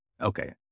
Okay